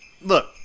look